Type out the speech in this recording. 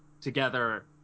together